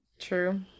True